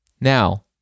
Now